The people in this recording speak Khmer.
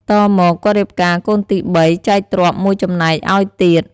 តមក គាត់រៀបការកូនទី ៣ ចែកទ្រព្យ ១ចំណែកឱ្យទៀត ។